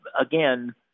again